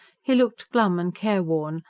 he looked glum and careworn,